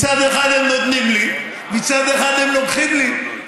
מצד אחד הם נותנים לי, מצד אחד הם לוקחים לי.